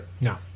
No